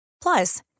Plus